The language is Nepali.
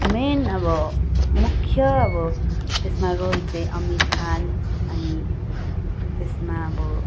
मेन अब मुख्य अब रोल चाहिँ आमिर खान अनि त्यसमा अब